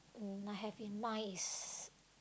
um I have in mind is